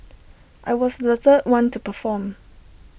I was the third one to perform